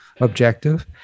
objective